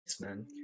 man